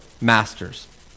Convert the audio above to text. masters